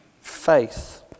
Faith